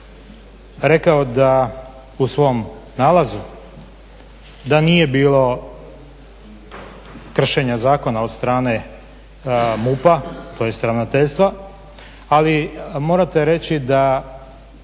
rekao da u svom nalazu da nije bilo kršenja zakona od strane MUP-a tj. ravnateljstva, ali morate reći da